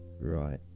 Right